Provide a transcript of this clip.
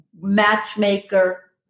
matchmaker